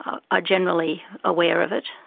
ah ah generally aware of it.